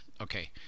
okay